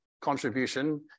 contribution